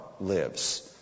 lives